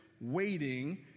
waiting